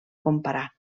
comparar